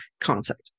concept